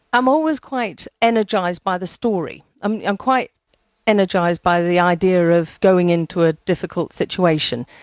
i'm always quite energised by the story. i'm i'm quite energised by the idea of going into a difficult situation,